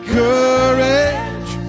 courage